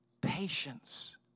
Patience